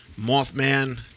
Mothman